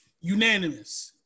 Unanimous